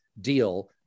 deal